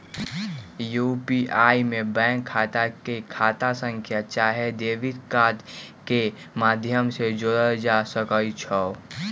UPI में bank खता के खता संख्या चाहे डेबिट कार्ड के माध्यम से जोड़ल जा सकइ छै